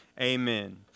Amen